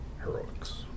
heroics